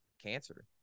cancer